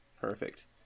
perfect